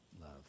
love